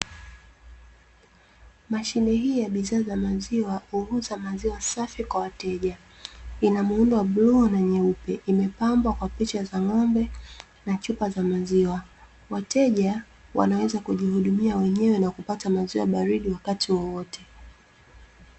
Mashine hii ya bidhaa za maziwa huuza maziwa safi kwa wateja, ina muundo wa bluu na nyeupe, imepabwa kwa picha za ng'ombe na chupa za maziwa, wateja wanaweza kujihudumia wenyewe na kupata maziwa baridi wakati wowote.